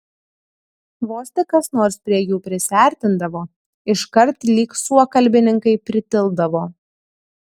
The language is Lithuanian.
vos tik kas nors prie jų prisiartindavo iškart lyg suokalbininkai pritildavo